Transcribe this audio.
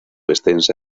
extensa